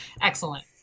Excellent